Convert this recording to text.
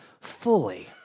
fully